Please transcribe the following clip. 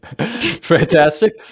Fantastic